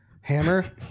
Hammer